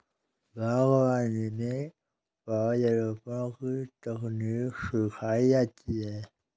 बागवानी में पौधरोपण की तकनीक सिखाई जाती है